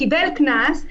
קיבל קנס,